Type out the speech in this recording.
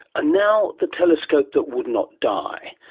ah now the telescope that would not die.